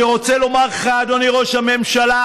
אני רוצה לומר לך, אדוני ראש הממשלה: